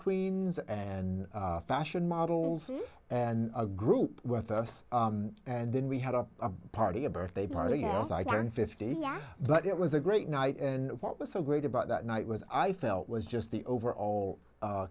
queens and fashion models and a group with us and then we had a party a birthday party as i turned fifty but it was a great night and what was so great about that night was i felt was just the overall